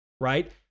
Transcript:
right